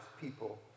people